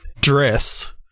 Dress